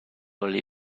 oli